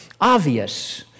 obvious